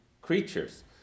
creatures